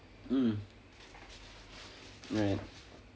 mm right